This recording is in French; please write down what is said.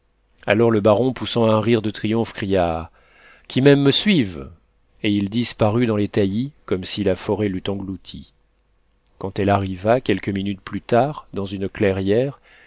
alors le baron poussant un rire de triomphe cria qui m'aime me suive et il disparut dans les taillis comme si la forêt l'eût englouti quand elle arriva quelques minutes plus tard dans une clairière